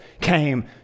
came